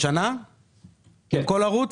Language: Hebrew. לשנה לכל ערוץ?